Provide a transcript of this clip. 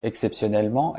exceptionnellement